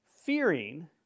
fearing